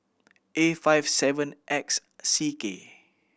A five seven X C K